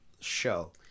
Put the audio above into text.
show